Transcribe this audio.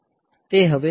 તે હવે થઈ ગયું